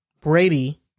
Brady